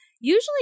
Usually